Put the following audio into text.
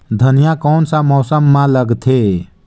धनिया कोन सा मौसम मां लगथे?